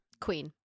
Queen